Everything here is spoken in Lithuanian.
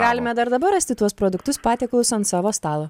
galime dar dabar rasti tuos produktus patiekalus ant savo stalo